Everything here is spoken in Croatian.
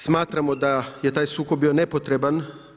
Smatramo da je taj sukob bio nepotreban.